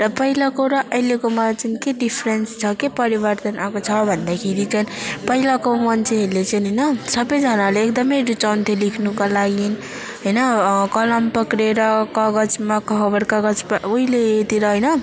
र पहिलाको र अहिलेकोमा चाहिँ के डिफ्रेन्स छ के परिवर्तन आएको छ भन्दाखेरि चाहिँ पहिलाको मान्छेहरूले चाहिँ होइन सबैजनाले एकदमै रुचाउँथे लेख्नको लागि होइन कलम पक्रिएर कगजमा खबर कागज प उहिलेतिर होइन